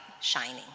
shining